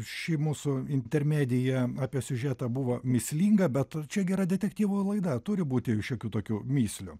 šį mūsų intermedija apie siužetą buvo mįslinga bet čia gera detektyvo laida turi būti šiokių tokių mįslių